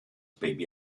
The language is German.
baby